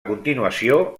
continuació